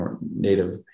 native